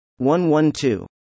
112